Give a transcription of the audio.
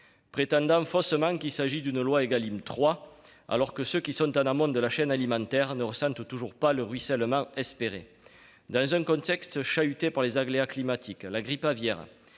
prétend faussement qu'il s'agit d'une loi Égalim 3, mais ceux qui sont en amont de la chaîne alimentaire ne ressentent toujours pas le « ruissellement » espéré. Dans un contexte chahuté par les aléas climatiques, la grippe aviaire,